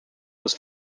was